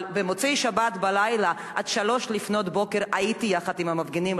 אבל במוצאי-שבת בלילה עד 03:00 הייתי יחד עם המפגינים.